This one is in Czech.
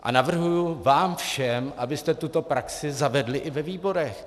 A navrhuji vám všem, abyste tuto praxi zavedli i ve výborech.